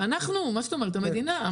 --- שאנחנו, מה זאת, המדינה אמרה להם.